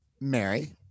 Mary